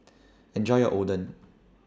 Enjoy your Oden